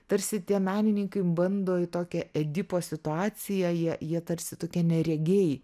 tarsi tie menininkai bando į tokią edipo situaciją jie jie tarsi tokie neregiai